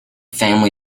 family